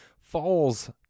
falls